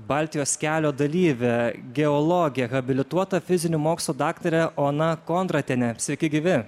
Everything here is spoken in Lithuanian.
baltijos kelio dalyvė geologė habilituota fizinių mokslų daktarė ona kondratienė sveiki gyvi